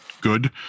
good